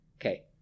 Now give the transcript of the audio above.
Okay